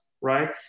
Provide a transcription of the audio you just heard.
right